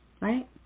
right